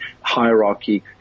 hierarchy